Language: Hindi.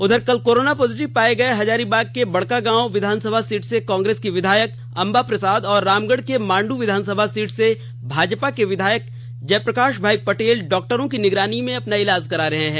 उधर कल कोर्रोना पॉजिटिव पाए गये हजारीबाग के बड़कागांव विधानसभा सीट से कांग्रेस की विधायक अंबा प्रसाद और रामगढ़ के मांड् विधानसभा सीट से भाजपा के विधायक जयप्रकाश भाई पटेल डॉक्टरों की निगरानी में अपना इलाज करा रहे हैं